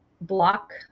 block